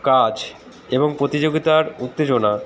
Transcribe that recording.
কাজ এবং প্রতিযোগিতার উত্তেজনা